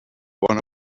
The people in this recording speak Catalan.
bona